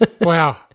Wow